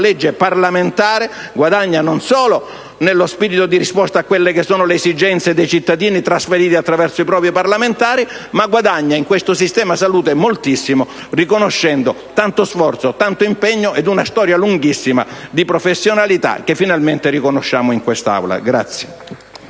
parlamentare, guadagni non solo nello spirito di risposta alle esigenze dei cittadini trasferite attraverso i propri parlamentari, ma guadagni moltissimo in questo sistema salute, riconoscendo tanto sforzo, tanto impegno ed una storia lunghissima di professionalità come finalmente facciamo in quest'Aula.